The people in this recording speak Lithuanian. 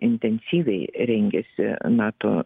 intensyviai rengiasi nato